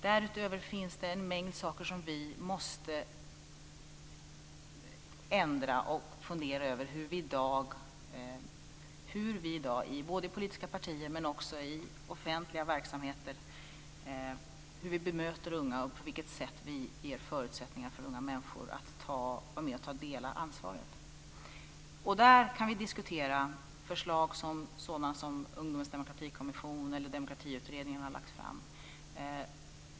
Därutöver finns det en mängd saker som vi måste ändra och fundera över hur vi i dag i både politiska partier och också i offentliga verksamheter bemöter unga och på vilket sätt vi ger förutsättningar för unga människor att vara med och ta del av ansvaret. Där kan vi diskutera förslag som Ungdomsdemokratikommissionen eller Demokratiutredningen har lagt fram.